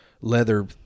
leather